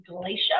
glacier